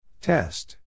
Test